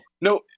no